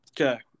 Okay